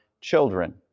children